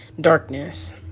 darkness